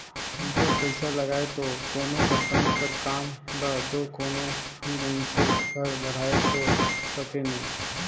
बिगर पइसा लगाए दो कोनो कंपनी कर काम ल दो कोनो भी मइनसे हर बढ़ाए दो सके नई